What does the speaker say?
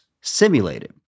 simulated